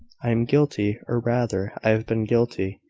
i am guilty or rather, i have been guilty